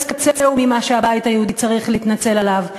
קצהו ממה שהבית היהודי צריך להתנצל עליו,